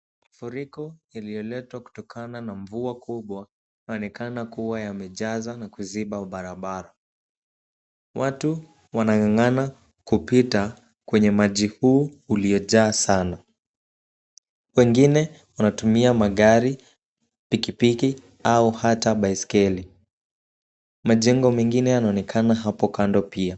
Mafuriko yaliyoletwa kutokana na mvua kubwa yaonekana kuwa yamejaza na kuziba barabara. Watu wanang'ang'ana kupita kwenye maji huu uliojaa sana. Wengine wanatumia magari, pikipiki au hata baiskeli. Majengo mengine yanaonekana hapo kando pia.